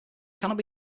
cannot